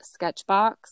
Sketchbox